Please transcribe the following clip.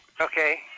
Okay